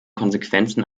konsequenzen